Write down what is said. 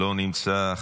לא נמצא,